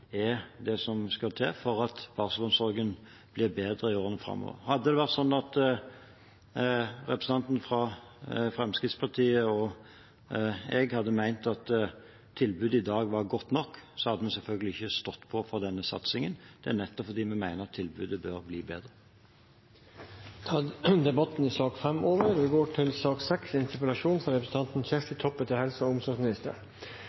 er det som skal til for at barselomsorgen blir bedre i årene framover. Hadde det vært sånn at representanten fra Fremskrittspartiet og jeg hadde ment at tilbudet i dag var godt nok, hadde vi selvfølgelig ikke stått på for denne satsingen. Det er nettopp fordi vi mener at tilbudet bør bli bedre. Debatten i sak nr. 5 er omme. I 2015 underteikna elleve norske organisasjonar oppropet «Rett til